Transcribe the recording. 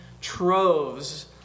Troves